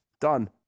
Done